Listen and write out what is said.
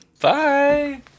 Bye